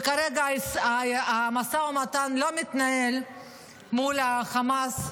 וכרגע המשא ומתן לא מתנהל מול החמאס,